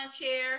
chair